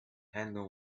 handle